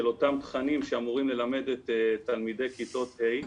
אותם תכנים שאמורים ללמד את תלמידי כיתות ה',